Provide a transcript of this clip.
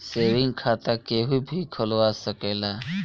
saving खाता केहू भी खोलवा सकेला